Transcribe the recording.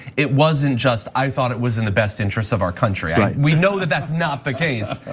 it wasn't just, i thought it was in the best interest of our country, right. we know that that's not the case.